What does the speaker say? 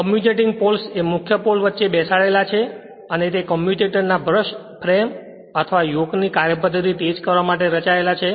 commutating poles એ મુખ્ય pole વચ્ચે બેસાડેલા છે અને તે કમ્યુટેટર ના બ્રશ અને ફ્રેમ અથવા યોક ની કાર્યપધ્ધતી તેજ કરવા માટે રચાયેલા છે